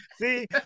See